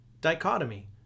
Dichotomy